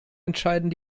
entscheiden